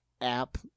app